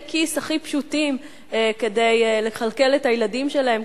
כיס הכי פשוטים כדי לכלכל את הילדים שלהן,